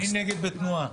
הצבעה בעד,